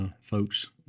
folks